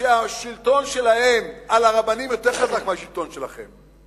שהשלטון שלהם על הרבנים יותר חזק מהשלטון שלכם.